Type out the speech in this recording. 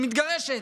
היא מתגרשת.